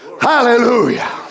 Hallelujah